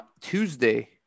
Tuesday